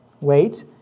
wait